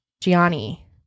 Gianni